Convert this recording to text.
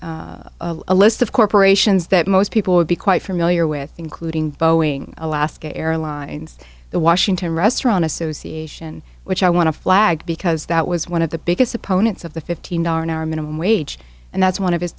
know a list of corporations that most people would be quite familiar with including boeing alaska airlines the washington restaurant association which i want to flag because that was one of the biggest opponents of the fifteen dollars an hour minimum wage and that's one of his